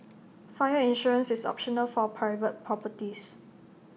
fire insurance is optional for private properties